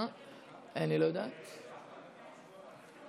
עד עשר דקות.